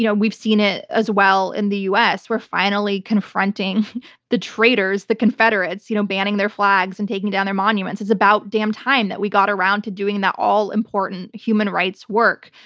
you know we've seen it as well in the u. s. we're finally confronting the traitors, the confederates, you know banning their flags and taking down their monuments. it's about damn time that we got around to doing that all-important human rights work.